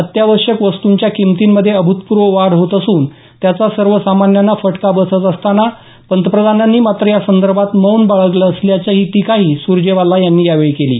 अत्यावश्यक वस्तूंच्या किंमतीमध्ये अभूतपूर्व वाढ होत असून त्याचा सर्वसामान्यांना फटका बसत असताना पंतप्रधानांनी मात्र या संदर्भात मौन बाळगलं असल्याची टीकाही सुरजेवाला यांनी यावेळी केली आहे